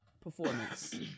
performance